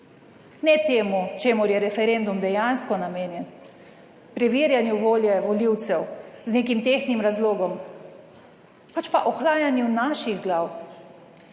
ne temu, čemur je referendum dejansko namenjen, preverjanju volje volivcev z nekim tehtnim razlogom, pač pa ohlajanju naših glav,